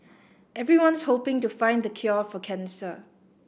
everyone's hoping to find the cure for cancer